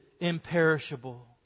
imperishable